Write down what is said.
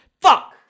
Fuck